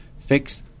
fix